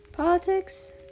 Politics